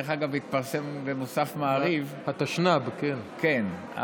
דרך אגב, התפרסם במוסף מעריב, התשנ"ב, כן.